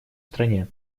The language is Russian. стране